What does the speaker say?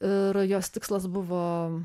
ir jos tikslas buvo